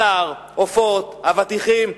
בשר, עופות, אבטיחים.